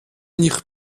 nicht